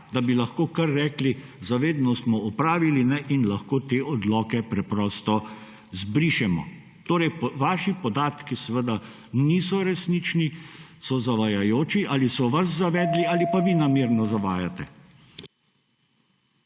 da bi lahko kar rekli – za vedno smo opravili in lahko te odloke preprosto zbrišemo. Vaši podatki seveda niso resnični, so zavajajoči. Ali so vas zavedli, ali pa vi namerno zavajate.